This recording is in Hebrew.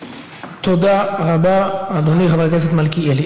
תודה רבה, אדוני חבר הכנסת מלכיאלי.